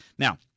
Now